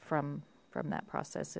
from from that process